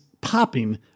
popping